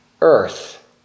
earth